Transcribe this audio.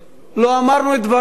לא אמרנו את דברנו,